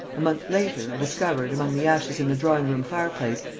a month later, i discovered, among the ashes in the drawing-room fireplace,